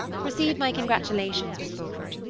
receive my congratulations, miss beaufort,